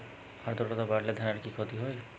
আদ্রর্তা বাড়লে ধানের কি ক্ষতি হয়?